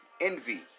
envy